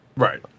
Right